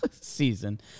season